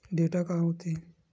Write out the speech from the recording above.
Data का होथे?